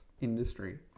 industry